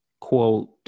quote